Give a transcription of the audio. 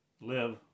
live